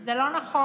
זה לא נכון.